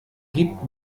gibt